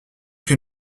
que